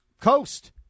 coast